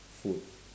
food